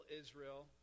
Israel